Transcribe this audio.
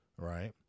Right